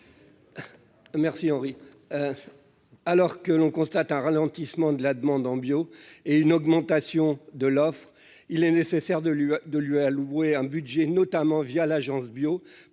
Merci Henri alors que l'on constate un ralentissement de la demande en bio et une augmentation de l'offre, il est nécessaire de lui de lui allouer un budget, notamment via l'Agence Bio